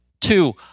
two